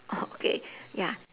okay ya